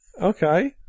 Okay